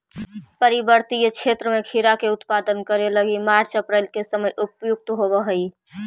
पर्वतीय क्षेत्र में खीरा के उत्पादन करे लगी मार्च अप्रैल के समय उपयुक्त होवऽ हई